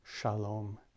shalom